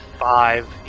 Five